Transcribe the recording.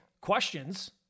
questions